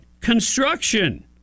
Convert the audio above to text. construction